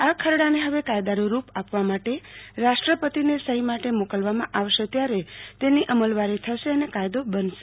આ ખરડાને હવે કાયદાનું રૂપ આપવા માટે રાષ્ટ્રપતિને અહીં માટે મોકલવામાં આવશે ત્યારે તેની અમલવારી થશે અને કાયદો બનશે